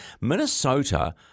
Minnesota